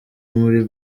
muri